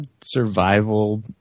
survival